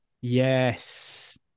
Yes